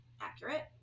accurate